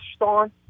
on